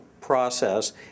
process